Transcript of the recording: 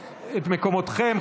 מקומותיכם.